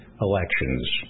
elections